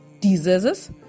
diseases